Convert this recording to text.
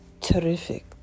terrific